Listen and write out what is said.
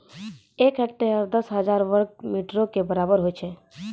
एक हेक्टेयर, दस हजार वर्ग मीटरो के बराबर होय छै